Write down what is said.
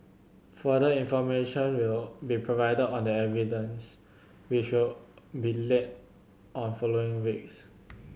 further information will be provided on the evidence which will be led on following weeks